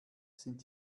sind